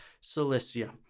Cilicia